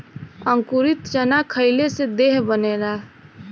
अंकुरित चना खईले से देह बनेला